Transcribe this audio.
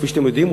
כפי שאתם יודעים,